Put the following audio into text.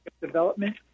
development